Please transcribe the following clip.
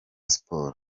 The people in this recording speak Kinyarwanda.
sport